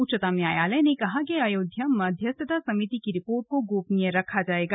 उच्चतम न्यायालय ने कहा कि अयोध्या मध्यस्थता समिति की रिपोर्ट को गोपनीय रखा जायेगा